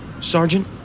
Sergeant